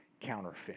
counterfeit